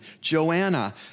Joanna